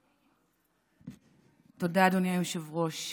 תודה, אדוני היושב-ראש.